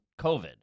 COVID